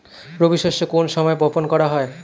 রবি শস্য কোন সময় বপন করা হয়?